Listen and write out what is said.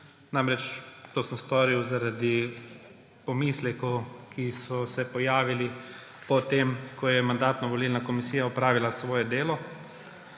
To sem storil zaradi pomislekov, ki so se pojavili, ko je Mandatno-volilna komisija opravila svoje delo.